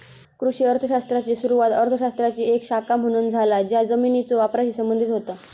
कृषी अर्थ शास्त्राची सुरुवात अर्थ शास्त्राची एक शाखा म्हणून झाला ज्या जमिनीच्यो वापराशी संबंधित होता